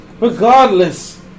regardless